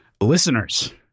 listeners